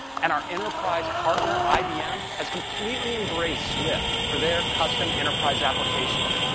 and our enterprise partner, ibm, has completely embraced swift for their custom enterprise applications.